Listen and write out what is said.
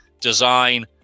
design